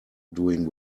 doing